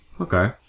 Okay